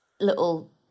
little